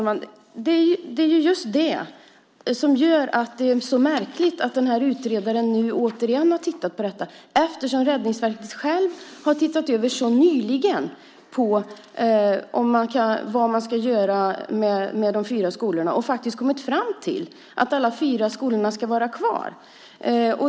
Fru talman! Det är just det som gör att det är så märkligt att utredaren nu åter har tittat på detta. Räddningsverket självt har nyligen tittat över vad man ska göra med de fyra skolorna och kommit fram till att alla fyra skolorna ska vara kvar.